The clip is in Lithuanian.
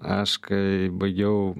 aš kai baigiau